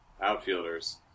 outfielders